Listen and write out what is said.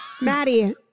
Maddie